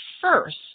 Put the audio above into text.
first